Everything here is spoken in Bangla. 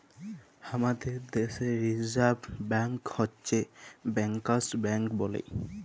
হামাদের দ্যাশে রিসার্ভ ব্ব্যাঙ্ক হচ্ছ ব্যাংকার্স ব্যাঙ্ক বলে